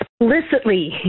Explicitly